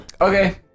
Okay